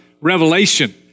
Revelation